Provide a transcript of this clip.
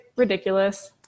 ridiculous